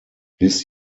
bis